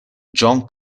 john